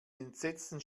entsetzten